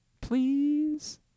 please